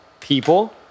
people